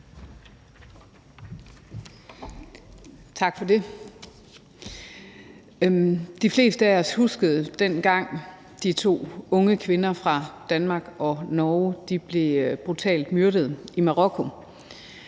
Tak for det. De fleste af os husker, dengang to unge kvinder fra Danmark og Norge blev brutalt myrdet i Marokko,